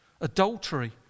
adultery